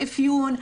אפיון,